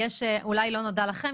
אולי לא נודע לכם,